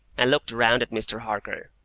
and looked round at mr. harker.